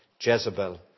Jezebel